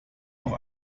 noch